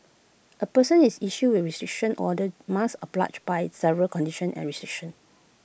A person is issued with A restriction order must oblige by several conditions and restrictions